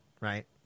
right